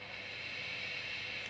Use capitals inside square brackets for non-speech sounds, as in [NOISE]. [BREATH]